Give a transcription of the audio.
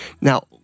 Now